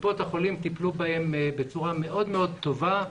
קופות החולים טיפלו בהם בצורה מאוד מאוד טובה.